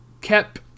kept